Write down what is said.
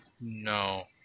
No